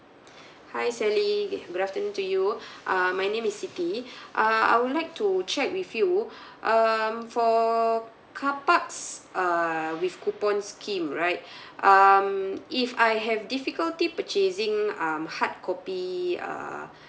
hi sally good afternoon to you uh my name is siti err I would like to check with you um for car parks err with coupon scheme right um if I have difficulty purchasing um hard copy err